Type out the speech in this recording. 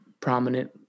prominent